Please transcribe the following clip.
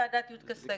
מוועדת יודק'ה שגב?